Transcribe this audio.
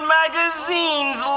magazines